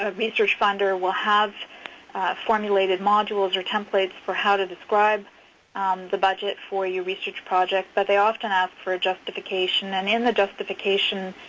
ah finder will have formulated modules or templates for how to describe the budget for your research project, but they often ask for justification and in the justification